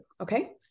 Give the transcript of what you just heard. okay